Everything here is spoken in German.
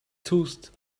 tust